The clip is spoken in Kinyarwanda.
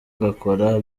agakora